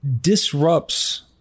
disrupts